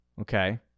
okay